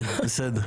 כן, בסדר.